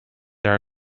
there